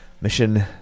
Mission